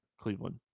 Cleveland